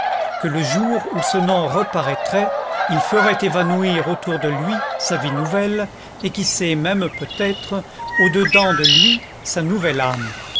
que le jour où ce nom reparaîtrait il ferait évanouir autour de lui sa vie nouvelle et qui sait même peut-être au dedans de lui sa nouvelle âme